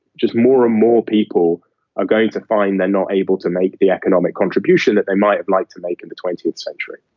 just more and more people are going to find they're not able to make the economic contribution that they might like to make in the twentieth century.